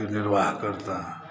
के निर्वाह करताह